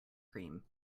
cream